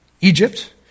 Egypt